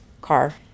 car